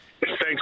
Thanks